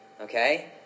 okay